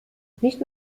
nicht